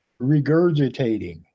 regurgitating